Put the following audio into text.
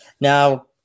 Now